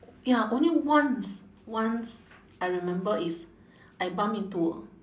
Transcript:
ya only once once I remember is I bump into